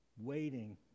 waiting